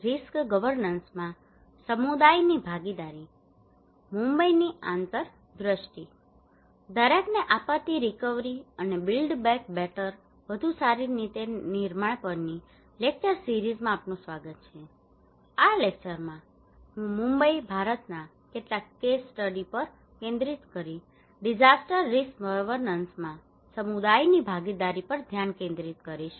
hello દરેકને આપત્તિ recovery અને બીલ્ડ બેક બેટરbuild back betterવધુ સારી રીતે નિર્માણ પરની લેક્ચર સીરીસમાં આપનું સ્વાગત છે આ લેક્ચરમાં હું મુંબઇ ભારતના કેટલાક કેસ કેસ સ્ટડી પર ધ્યાન કેન્દ્રિત કરીને ડિઝાસ્ટર રિસ્ક ગવર્નન્સમાં સમુદાયની ભાગીદારી પર ધ્યાન કેન્દ્રિત કરીશ